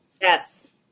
Yes